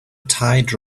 tide